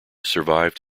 survived